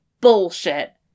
bullshit